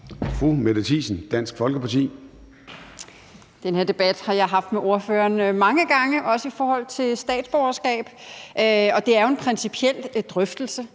Mette Thiesen (DF): Den her debat har jeg haft med ordføreren mange gange – også i forhold til statsborgerskab. Og det er jo en principiel drøftelse.